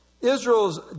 Israel's